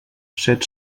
set